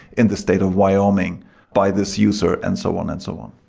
in the state of wyoming by this user, and so on and so on.